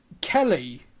Kelly